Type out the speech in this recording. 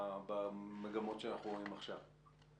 במגמות שאנחנו רואים עכשיו.